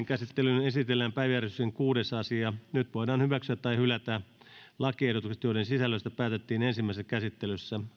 käsittelyyn esitellään päiväjärjestyksen kuudes asia nyt voidaan hyväksyä tai hylätä lakiehdotukset joiden sisällöstä päätettiin ensimmäisessä käsittelyssä